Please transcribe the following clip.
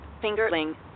fingerling